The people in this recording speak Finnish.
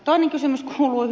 toinen kysymys kuuluu